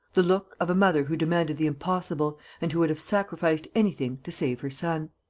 the look of a mother who demanded the impossible and who would have sacrificed anything to save her son.